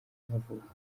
y’amavuko